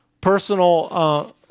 personal